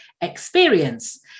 experience